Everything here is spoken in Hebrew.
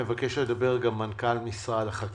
ולמטרה זו בלבד - (1) סכום שלא יעלה על 52.3 מיליארד שקלים חדשים,